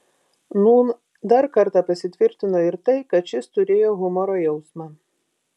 nūn dar kartą pasitvirtino ir tai kad šis turėjo humoro jausmą